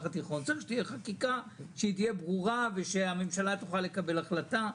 התיכון אז צריך שתהיה חקיקה ברורה ושהממשלה תוכל לקבל החלטה.